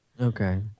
Okay